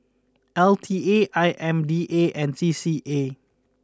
L T A I M D A and C C A